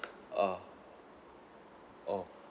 uh oh